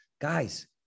guys